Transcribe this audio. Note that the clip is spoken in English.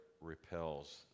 repels